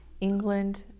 England